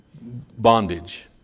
bondage